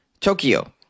Tokyo